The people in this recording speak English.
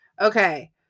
okay